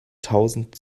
tausend